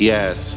Yes